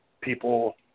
people